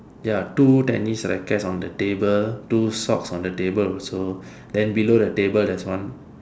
ya two tennis rackets on the table two socks on the table also then below the table there is one